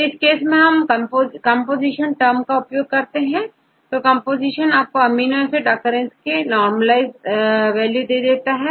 तो इस केस में हम कंपोजीशन टर्म का उपयोग करेंगे तो कंपोजीशन आपको अमीनो एसिड अकेरेंस के नॉर्मलइज़ड वैल्यू दे देता है